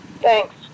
Thanks